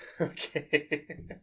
Okay